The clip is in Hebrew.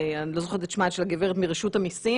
אני לא זוכרת את שמה של הגברת מרשות המיסים,